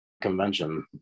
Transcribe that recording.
convention